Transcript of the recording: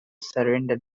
surrender